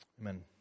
Amen